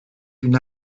une